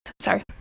sorry